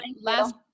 last